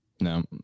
no